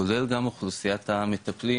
כולל גם אוכלוסיית המטפלים